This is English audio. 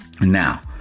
Now